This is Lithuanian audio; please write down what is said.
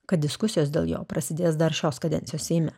kad diskusijos dėl jo prasidės dar šios kadencijos seime